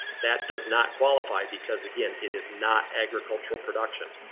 that does not qualify because again it is not agricultural production.